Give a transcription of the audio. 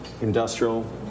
industrial